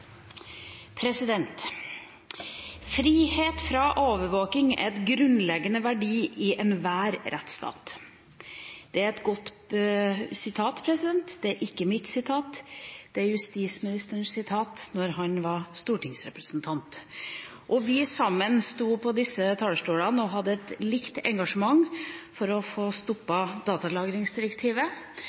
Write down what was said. overvåking er en grunnleggende verdi i enhver rettsstat.» Det er et godt sitat. Det er ikke mitt sitat, det er justisministerens sitat fra da han var stortingsrepresentant – og vi sammen sto på disse talerstolene og hadde et likt engasjement for å få stoppet datalagringsdirektivet